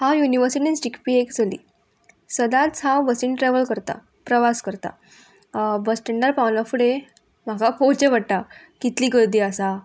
हांव युनिवर्सिटीन शिकपी एक चली सदांच हांव बसीन ट्रेवल करता प्रवास करता बस स्टँडार पावना फुडें म्हाका पोवचें पडटा कितली गर्दी आसा